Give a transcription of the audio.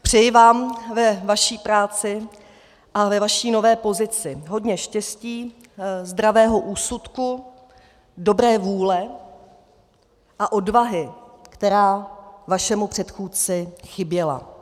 Přeji vám ve vaší práci a ve vaší nové pozici hodně štěstí, zdravého úsudku, dobré vůle a odvahy, která vašemu předchůdci chyběla.